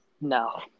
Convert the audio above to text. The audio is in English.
No